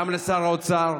גם לשר האוצר,